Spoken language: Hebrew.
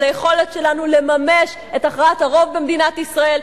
על היכולת שלנו לממש את הכרעת הרוב במדינת ישראל,